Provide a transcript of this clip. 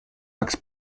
max